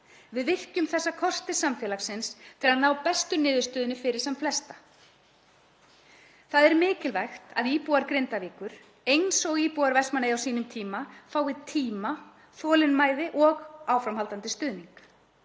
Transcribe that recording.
Við virkjum þessa kosti samfélagsins til að ná bestu niðurstöðunni fyrir sem flesta. Það er mikilvægt að íbúar Grindavíkur, eins og íbúar Vestmannaeyja á sínum tíma, fái tíma, þolinmæði og áframhaldandi stuðning.